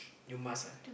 you must ah